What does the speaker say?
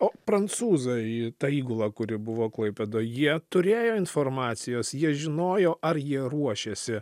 o prancūzai ta įgula kuri buvo klaipėdoj jie turėjo informacijos jie žinojo ar jie ruošėsi